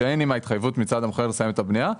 שאין עמה התחייבות מצד המוכר לסיים את הבנייה,